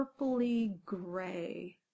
purpley-gray